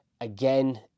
Again